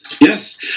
Yes